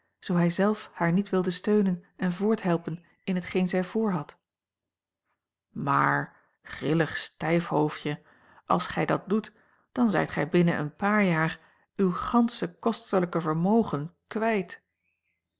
hij zelf haar niet wilde steunen en voorthelpen in hetgeen zij voorhad maar grillig stijfhoofdje als gij dat doet dan zijt gij binnen een paar jaar uw gansche kostelijke vermogen kwijt